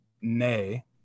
nay